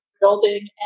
building